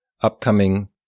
upcoming